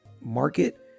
market